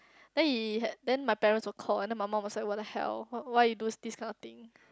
then he had then my parents were called and then my mum was like what the hell why why you do this this kind of thing